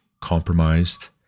compromised